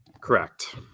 Correct